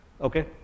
Okay